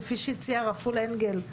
כפי שציין רפול אנגל,